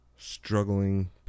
Struggling